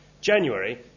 January